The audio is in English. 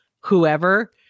whoever